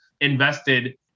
invested